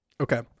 Okay